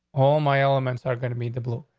all my elements are going to meet the blue.